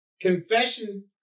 Confession